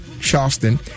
Charleston